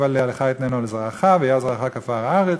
עליה לך אתננה ולזרעך והיה זרעך כעפר הארץ"